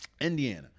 Indiana